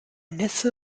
nässe